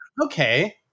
Okay